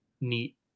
neat